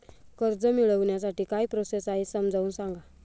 कर्ज मिळविण्यासाठी काय प्रोसेस आहे समजावून सांगा